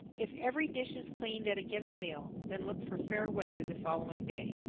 if every dish is cleaned at a given meal, then look for fair weather the following day.